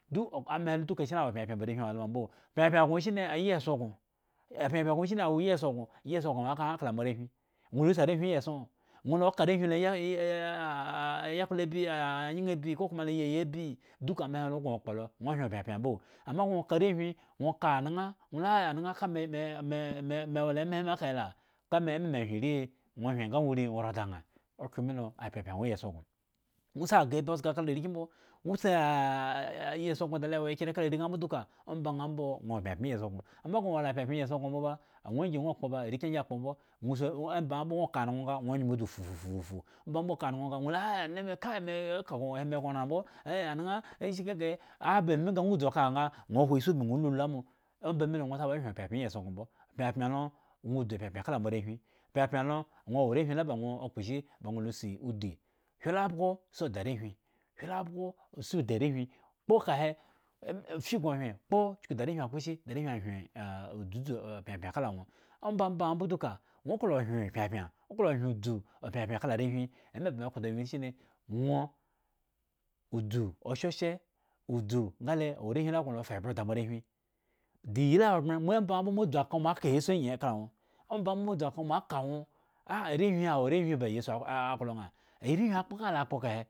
Duk ama helo duka shine wo pyapyan ba arehwin awo ola ma mbo, pyapyan gŋo shine iyieson gŋo epyapyan gŋo shine iyieson gŋo, iyieson gŋo awo ka ŋha kala moarehwin, ŋwo la osi arehwin iyieson? Ŋwo la oka arehwin la ayakplabi ah nyeŋhabi kokom la iyayi abi? Duka amahe ho agŋo kpolo ŋwo hyen pyapyan mbo, ama ŋwo ka arehwin, ŋwo oka anaŋha ŋwo la anaŋha ka me me meme wola emahe ma kahe la, ka me emame hyen irii hi, ŋwo hyen nga ŋwo rii ora da ŋha okhro milo opyapyan wo iyieson gŋo, ŋwo si agah abi zga kla arikyin mbo, ŋwo siah a iyieson gŋo da lo wo ekyre kala areŋha mbo duka omba ŋha mbo ŋwo wo pyapyan iyieson gŋo, ama ogŋo wo la pyapyan iyieson gŋo mbo ba, aŋwo angyi ŋwo kpo ba arekyin angyi akpo mbo, omba ŋha mbo ŋwo ka anoŋwo nga ŋwo nyumo dzu fufufu, omba ŋha mbo ŋwo ka anonlwo nga ŋwo luha mbo ŋwo ka anoŋwo nga ŋwo lu ha anime kai aka gŋo wo he megŋoran mbo eh amaŋha ashi kekeha, aba me nga ŋwo dzuka ŋha nga ŋwo hwo isi urbin ŋwo lulu amo, omba mi lo ŋwo taba hyen pyapyan iyieson gŋo mbo, pyapyan lo ŋwo dzu pyapyan kala moarehwin, pyapyan lo ŋwo wo arehwin la ba ŋwo kpo shi? Ba ŋwo la shi odi hylabhgo si oda arehwin, hylabhgo si odi arehwin, kpo kahe pi gŋo hyen kpo chuku da are akposhi? Chuku da arehwin hyen dzudzu apyapyan kala ŋwo, ombamba ŋha mbo duka, ŋwo klo hyen pyapyan ŋwo klo hyen dzu pyapyan kala arehwin ema ba me ka la da ŋwo yi shirri ŋwo udzu oshoshe udzu nga le ŋwo wo arehwin la ba ŋwo la fa ebwe da moarehwin di iyi ahogbren, omba ŋha moadzu aka ŋwo mo aka iyesu angyi kala ŋwo, omba ŋha mbo mo adzu aka ŋwo ah arehwin hi awo arehwin ba iyesu aklo ŋha arehi akpo ka ŋha la kpo ka he.